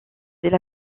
c’est